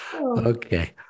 Okay